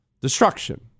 destruction